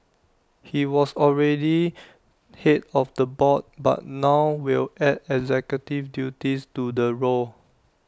he was already Head of the board but now will add executive duties to the role